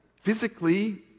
physically